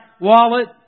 wallet